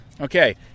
okay